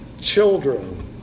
children